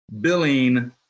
billing